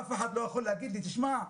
אף אחד לא יכול להגיד לי: תשמע,